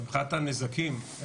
מבחינת הנזקים,